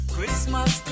Christmas